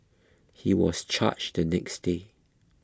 he was charged the next day